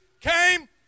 came